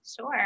Sure